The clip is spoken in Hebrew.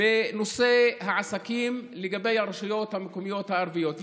בנושא העסקים לגבי הרשויות המקומיות הערביות.